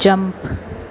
jump